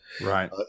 right